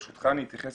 ברשותך, אני אתייחס